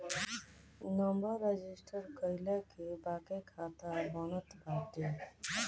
number register कईला के बाके खाता बनत बाटे